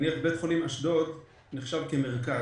באשדוד נחשב במרכז,